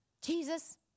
Jesus